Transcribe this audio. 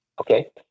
okay